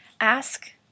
Ask